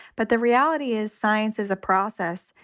but the reality is science is a process.